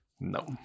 no